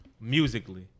musically